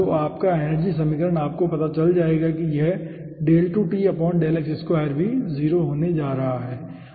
तो आपका एनर्जी समीकरण आपको पता चल जाएगा कि यह भी 0 होने जा रहा है ठीक है